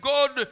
God